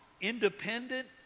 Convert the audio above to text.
independent